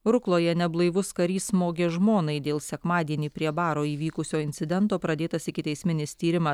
rukloje neblaivus karys smogė žmonai dėl sekmadienį prie baro įvykusio incidento pradėtas ikiteisminis tyrimas